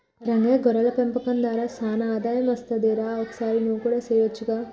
రంగయ్య గొర్రెల పెంపకం దార సానా ఆదాయం అస్తది రా ఒకసారి నువ్వు కూడా సెయొచ్చుగా